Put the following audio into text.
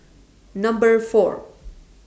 Number four